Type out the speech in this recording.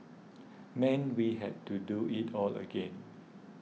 meant we had to do it all again